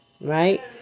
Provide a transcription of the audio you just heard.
right